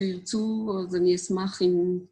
‫תרצו, אז אני אשמח אם...